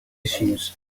issues